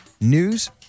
News